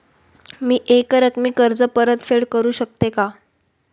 मी एकरकमी कर्ज परतफेड करू शकते का?